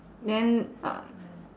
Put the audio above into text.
then uh